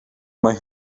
mae